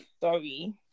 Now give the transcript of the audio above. Sorry